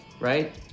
right